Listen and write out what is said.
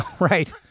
Right